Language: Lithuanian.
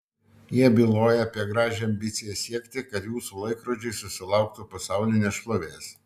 jie byloja apie gražią ambiciją siekti kad jūsų laikrodžiai susilauktų pasaulinės šlovės